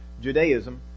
Judaism